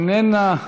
איננה,